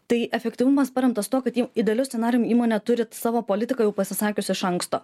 tai efektyvumas paremtas tuo kad jau idealiu scenarijum įmonė turi savo politiką jau pasisakiusi iš anksto